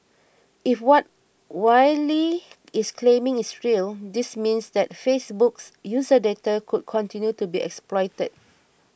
if what Wylie is claiming is real this means that Facebook's user data could continue to be exploited